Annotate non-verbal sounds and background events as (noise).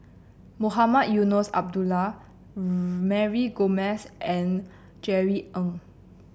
Mohamed Eunos Abdullah (hesitation) Mary Gomes and Jerry Ng